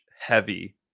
heavy